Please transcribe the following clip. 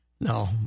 No